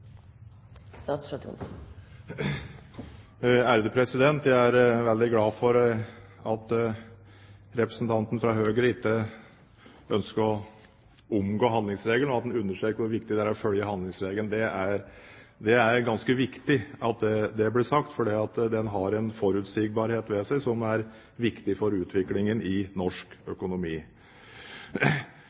veldig glad for at representanten fra Høyre ikke ønsker å omgå handlingsregelen og at han understreker hvor viktig det er å følge handlingsregelen. Det er ganske viktig at det blir sagt, for handlingsregelen har en forutsigbarhet ved seg som er viktig for utviklingen i norsk økonomi.